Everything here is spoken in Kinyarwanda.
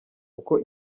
uko